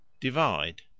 divide